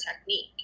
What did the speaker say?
technique